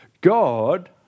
God